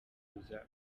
ruza